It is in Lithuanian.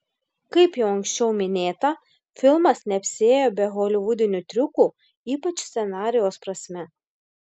kaip jau anksčiau minėta filmas neapsiėjo be holivudinių triukų ypač scenarijaus prasme